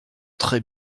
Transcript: très